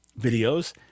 videos